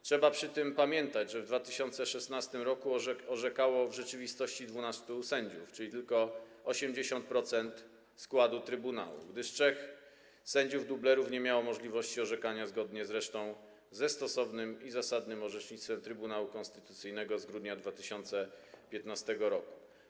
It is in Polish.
Trzeba przy tym pamiętać, że w 2016 r. orzekało w rzeczywistości 12 sędziów, czyli tylko 80% składu trybunału, gdyż trzech sędziów dublerów nie miało możliwości orzekania, zgodnie zresztą ze stosownym i zasadnym orzecznictwem Trybunału Konstytucyjnego z grudnia 2015 r.